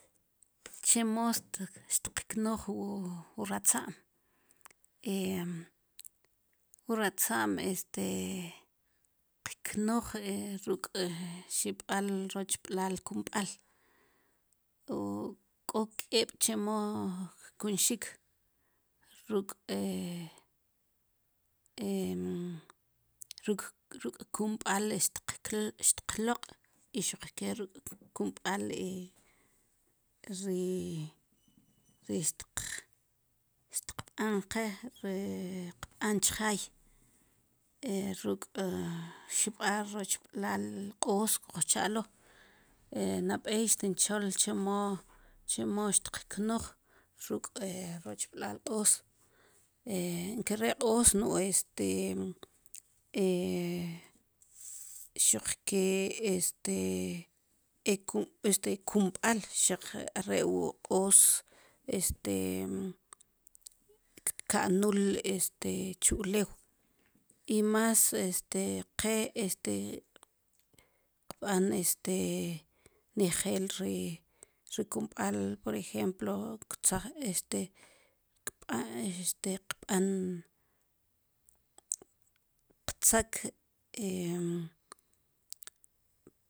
Chemo xtqknuuj wu ratza'm wu ratza'm este qknuuj ruk' ruk' xib'al rochb'laal kumb'al k'o k'eeb' chemo kkunxik ruk' ruk' kumb'al xtqlo'q i xuq ke ruk' kumb'al ri xtqb'an qe ri qb'an chjaay e ruk' xib'al rochb'laal q'oos kujchalo' nab'ey tinchol chemo chemo xtqknuuj ruk' rochb'laal q'oos nkare' q'oos no este xuq ke este este kumb'al xaq are' wu q'oos este ka'nul este chu ulew i mas este qe este qb'an este nejel ri ri kumb'al por ejemplo qtzak